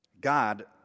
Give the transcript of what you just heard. God